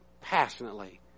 passionately